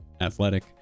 athletic